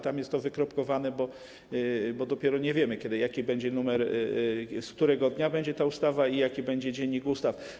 Tam jest to wykropkowane, bo nie wiemy, jaki będzie numer, z którego dnia będzie ta ustawa i jaki będzie Dziennik Ustaw.